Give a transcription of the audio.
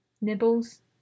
nibbles